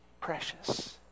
precious